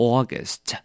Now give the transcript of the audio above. August